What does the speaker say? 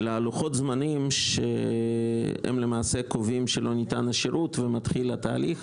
ללוחות זמנים שהם למעשה קובעים שלא ניתן השירות ומתחיל התהליך.